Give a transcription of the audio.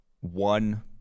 one